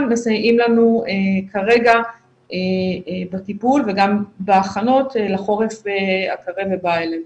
מסייעים לנו כרגע בטיפול וגם בהכנות לחורף הקרב ובא אלינו.